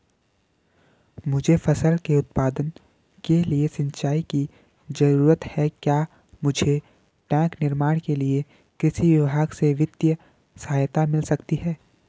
मुझे फसल के उत्पादन के लिए सिंचाई की जरूरत है क्या मुझे टैंक निर्माण के लिए कृषि विभाग से वित्तीय सहायता मिल सकती है?